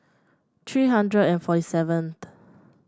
three hundred and forty seventh